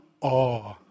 awe